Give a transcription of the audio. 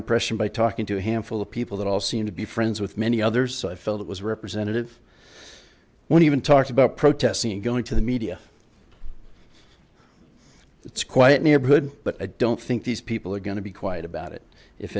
impression by talking to a handful of people that all seem to be friends with many others so i felt it was representative one even talked about protests seen going to the media it's quiet neighborhood but i don't think these people are going to be quiet about it if